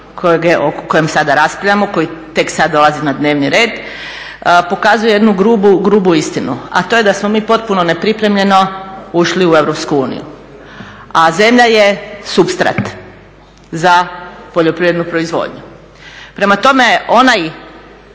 kojem sada raspravljamo, koji tek sada dolazi na dnevni red pokazuje jednu grubu istinu a to je da smo mi potpuno nepripremljeno ušli u Europsku uniju. A zemlja je supstrat za poljoprivrednu proizvodnju. Prema tome onaj